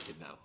now